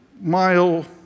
mile